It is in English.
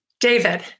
David